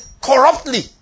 corruptly